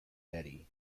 betty